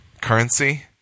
currency